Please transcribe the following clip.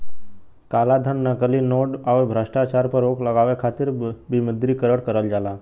कालाधन, नकली नोट, आउर भ्रष्टाचार पर रोक लगावे खातिर विमुद्रीकरण करल जाला